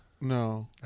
No